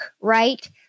right